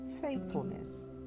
faithfulness